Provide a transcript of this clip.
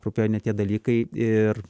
rūpėjo ne tie dalykai ir